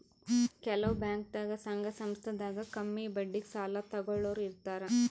ಕೆಲವ್ ಬ್ಯಾಂಕ್ದಾಗ್ ಸಂಘ ಸಂಸ್ಥಾದಾಗ್ ಕಮ್ಮಿ ಬಡ್ಡಿಗ್ ಸಾಲ ತಗೋಳೋರ್ ಇರ್ತಾರ